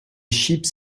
chips